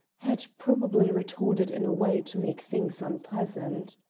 had probably retorted in a way to make things unpleasant.